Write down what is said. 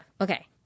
Okay